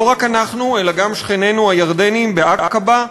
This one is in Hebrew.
לא רק אנחנו, אלא גם שכנינו הירדנים בעקבה,